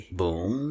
Boom